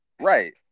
right